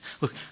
Look